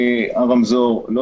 הם לוקחים אוויר, הם פותחים חנויות.